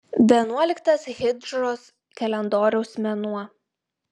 vienuoliktas hidžros kalendoriaus mėnuo